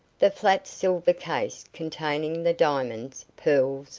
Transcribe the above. the flat silver case containing the diamonds, pearls,